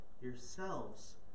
yourselves